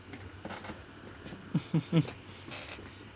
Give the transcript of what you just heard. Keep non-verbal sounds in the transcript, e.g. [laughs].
[laughs]